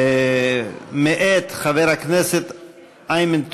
מאת חבר הכנסת איימן,